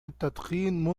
التدخين